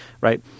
right